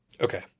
Okay